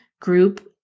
group